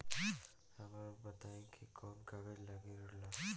हमरा बताई कि कौन कागज लागी ऋण ला?